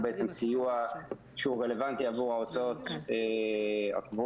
בעצם סיוע שהוא רלבנטי עבור ההוצאות קבועות,